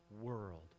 world